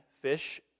fish